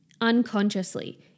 unconsciously